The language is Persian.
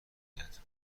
اید